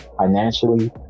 financially